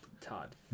Todd